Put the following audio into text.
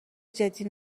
جدی